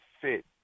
fit